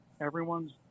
everyone's